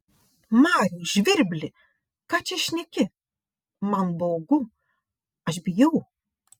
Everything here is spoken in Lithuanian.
mariau žvirbli ką čia šneki man baugu aš bijau